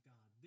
God